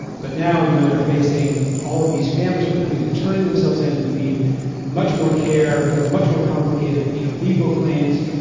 but now you know they're facing all of these families who are coming and turning themselves in who need much more care who have much more complicated you know legal claims.